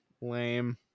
Lame